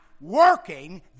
working